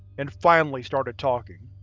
and finally, started talking.